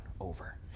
over